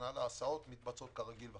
הסעות מתבצעות כרגיל וכדומה.